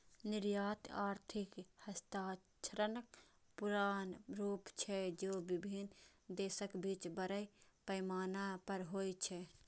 निर्यात आर्थिक हस्तांतरणक पुरान रूप छियै, जे विभिन्न देशक बीच बड़ पैमाना पर होइ छै